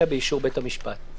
אלא באישור בית המשפט."